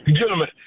Gentlemen